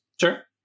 Sure